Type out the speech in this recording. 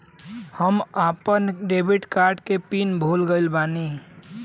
धान क फसल कईसे बोवल जाला?